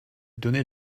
donnait